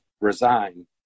resign